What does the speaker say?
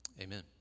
Amen